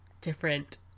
different